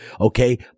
okay